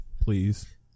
Please